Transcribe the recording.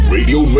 Radio